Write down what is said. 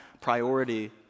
priority